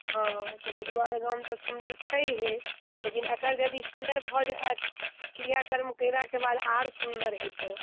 हँ तऽ जजुआर गाम तऽ सुंदर छैहे लेकिन एकर यदि सुंदर भऽ जाय क्रियाक्रम कयलाके बाद आर सुंदर हेतै